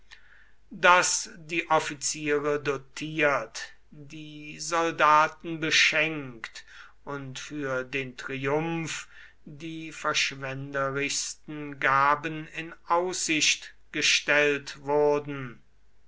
daß die offiziere dotiert die soldaten beschenkt und für den triumph die verschwenderischsten gaben in aussicht gestellt wurden